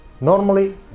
Normally